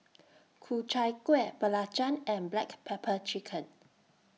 Ku Chai Kuih Belacan and Black Pepper Chicken